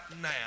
now